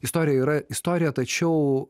istorija yra istorija tačiau